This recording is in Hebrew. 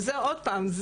עוד פעם,